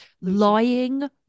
lying